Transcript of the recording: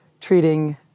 treating